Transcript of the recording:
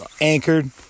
anchored